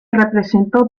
representó